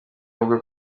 bavuga